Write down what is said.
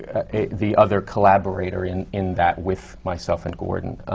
ah the other collaborator in in that, with myself and gordon.